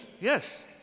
Yes